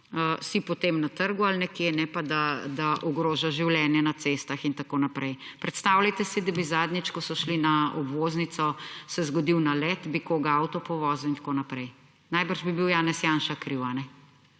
si potem na trgu ali nekje, ne pa da ogrožaš življenja na cestah in tako naprej. Predstavljajte si, da bi zadnjič, ko so šli na obvoznico, se zgodil nalet, bi koga avto povozil in tako naprej. Najbrž bi bil Janez Janša kriv,